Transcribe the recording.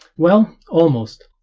well, almost,